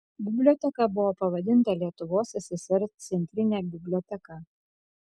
biblioteka buvo pavadinta lietuvos ssr centrine biblioteka